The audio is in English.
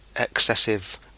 excessive